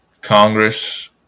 Congress